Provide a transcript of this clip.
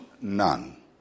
none